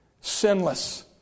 Sinless